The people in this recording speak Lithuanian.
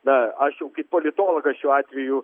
na aš jau kaip politologas šiuo atveju